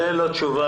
זאת לא תשובה.